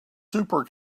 super